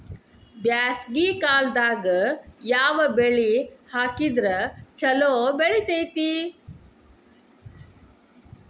ಬ್ಯಾಸಗಿ ಕಾಲದಾಗ ಯಾವ ಬೆಳಿ ಹಾಕಿದ್ರ ಛಲೋ ಬೆಳಿತೇತಿ?